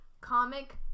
comic